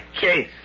case